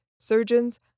surgeons